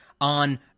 on